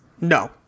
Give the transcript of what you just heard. No